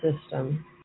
system